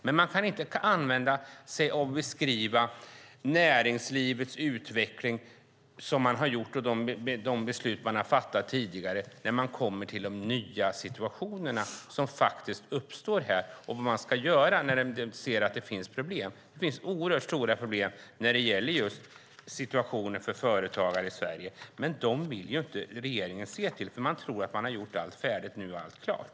Man kan inte beskriva näringslivets utveckling och de beslut man har fattat tidigare när vi kommer till de nya situationer som uppstår när det gäller vad man ska göra när man ser att det finns problem. Det finns oerhört stora problem när det gäller situationen för företagare i Sverige. Dem vill inte regeringen se. Man tror att man har gjort allt färdigt och att allt är klart.